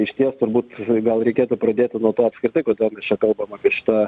išties turbūt gal reikėtų pradėti nuo to apskritai kodėl mes čia kalbam apie šitą